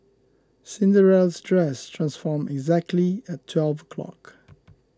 Cinderella's dress transformed exactly at twelve o' clock